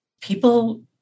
People